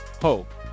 hope